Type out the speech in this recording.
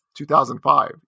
2005